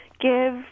give